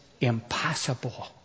impossible